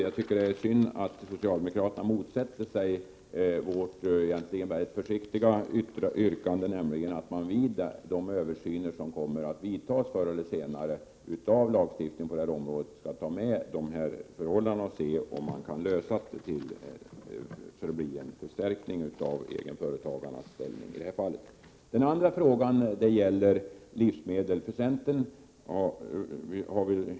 Jag tycker det är synd att socialdemokraterna motsätter sig vårt egentligen mycket försiktiga yrkande att man vid de översyner av lagstiftningen på det här området som förr eller senare kommer att göras skall uppmärksamma de här förhållandena och se om man kan lösa problemen och åstadkomma en förstärkning av egenföretagarnas ställning i det avseendet.